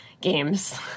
games